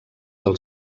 del